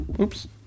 oops